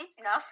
enough